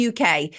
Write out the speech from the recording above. uk